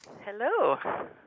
Hello